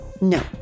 No